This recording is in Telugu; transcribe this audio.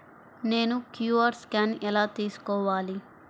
నేను క్యూ.అర్ స్కాన్ ఎలా తీసుకోవాలి?